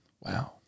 Wow